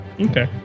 Okay